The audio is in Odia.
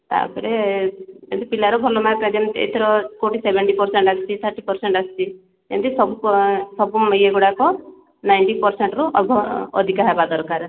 ତାପରେ ସେମତି ପିଲାର ଭଲ ମାର୍କ ଏଇଥର କୋଉଟି ସେଭେନଟି ପରସେଣ୍ଟ୍ ଆସିଛି ଥାର୍ଟି ପରସେଣ୍ଟ୍ ଆସିଛି ଏମିତି ସବୁ ସବୁ ଇଏ ଗୁଡ଼ାକ ନାଇନଟି ପରସେଣ୍ଟ୍ରୁ ଅଭ ଅଧିକା ହେବା ଦରକାର